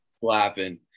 flapping